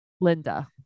Linda